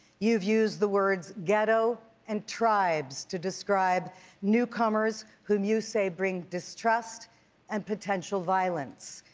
you've used the words ghetto and tribes to describe newcomers whom you say bring distrust and potential violence.